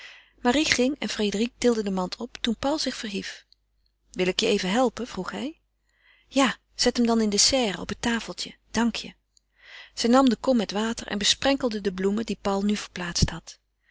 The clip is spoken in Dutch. marie ging en frédérique tilde de mand op toen paul zich verhief wil ik je even helpen vroeg hij ja zet hem dan in de serre op het tafeltje dank je zij nam de kom met water en besprenkelde de bloemen die paul nu verplaatst had